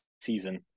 season